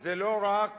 זה לא רק